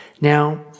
Now